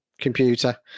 computer